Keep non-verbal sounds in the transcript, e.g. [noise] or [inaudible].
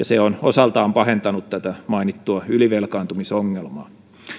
[unintelligible] se on osaltaan pahentanut tätä mainittua ylivelkaantumisongelmaa